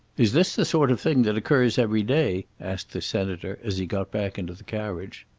is this the sort of thing that occurs every day? asked the senator as he got back into the carriage.